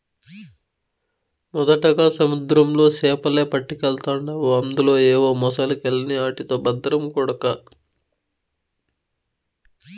మొదటగా సముద్రంలో సేపలే పట్టకెల్తాండావు అందులో ఏవో మొలసకెల్ని ఆటితో బద్రం కొడకా